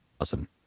awesome